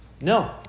No